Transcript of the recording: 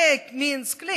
למינסק,